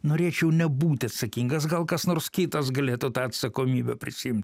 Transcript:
norėčiau nebūt atsakingas gal kas nors kitas galėtų tą atsakomybę prisiimt